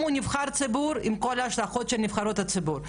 אם הוא נבחר ציבור עם כל ההשלכות של נבחרי ציבור,